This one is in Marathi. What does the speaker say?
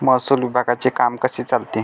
महसूल विभागाचे काम कसे चालते?